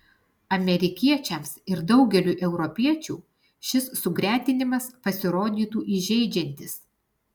amerikiečiams ir daugeliui europiečių šis sugretinimas pasirodytų įžeidžiantis